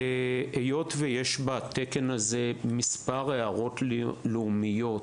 היות ויש בתקן הזה מספר הערות לאומיות,